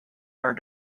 her